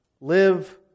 Live